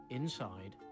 inside